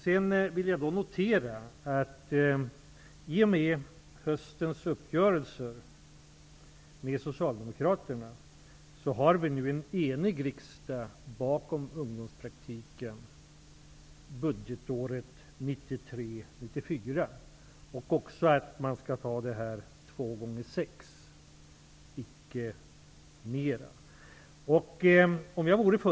Jag vill vidare notera att vi i och med höstens uppgörelse med Socialdemokraterna nu har en enig riksdag bakom ungdomspraktiken vad avser budgetåret 1993/94 liksom också bakom att det skall vara fråga om högst två sexmånadersperioder, icke mera.